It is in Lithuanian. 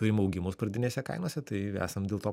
turim augimus pradinėse kainose tai esam dėl to